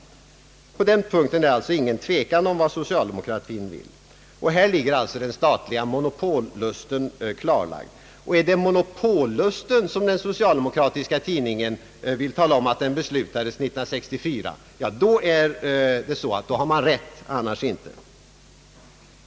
På den punkten råder alltså ingen tvekan om vad socialdemokratin vill. Här har alltså den statliga monopollusten klarlagts. Om den socialdemokratiska tidningen vill tala om att det är monopollusten som beslutades år 1964 då har man rätt, annars inte.